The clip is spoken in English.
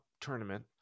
tournament